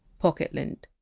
pocket lint